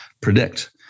predict